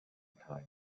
times